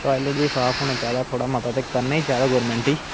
toilet बी साफ होना चाहिदा थोह्ड़ा मता करने गी चाहिदा गवर्नमेंट गी